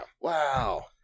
Wow